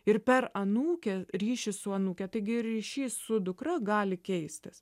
ir per anūkę ryšį su anūke taigi ir ryšys su dukra gali keistis